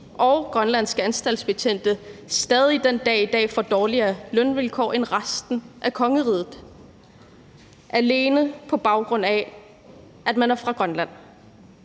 og grønlandske anstaltsbetjente stadig den dag i dag får dårligere lønvilkår end resten af kongeriget, alene på baggrund af at de er fra Grønland.